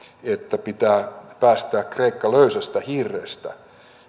että pitää päästää kreikka löysästä hirrestä